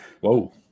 Whoa